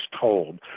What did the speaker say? told